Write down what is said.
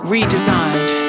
Redesigned